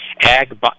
Ag